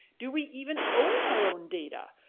do we even own our own data?